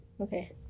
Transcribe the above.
okay